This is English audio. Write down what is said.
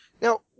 now